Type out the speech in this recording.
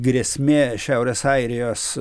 grėsmė šiaurės airijos